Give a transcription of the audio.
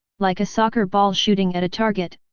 like a soccer ball shooting at a target,